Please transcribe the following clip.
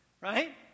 right